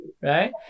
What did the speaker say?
right